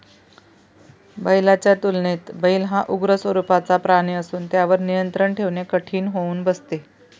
बैलाच्या तुलनेत बैल हा उग्र स्वरूपाचा प्राणी असून त्यावर नियंत्रण ठेवणे कठीण होऊन बसते